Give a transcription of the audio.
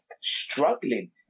struggling